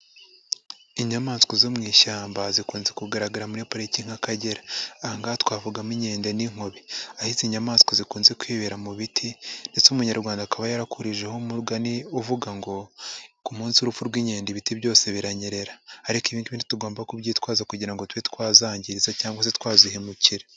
Inyamaswa zo mu ishyamba zikunze kugaragara muri Pariki nk'Akagera, aha ngaha twavugamo inkende n'inkobe, aho izi inyamaswa zikunze kwibera mu biti ndetse umunyarwanda akaba yarakurijeho umugani uvuga ngo ku munsi w'urupfu rw'inkende ibiti byose biranyerera, ariko ibi ngibi ntitugomba kubyitwaza kugira ngo tube twazangiza cyangwa se twazihemukira.